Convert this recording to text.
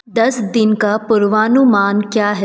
दस दिन का पूर्वानुमान क्या है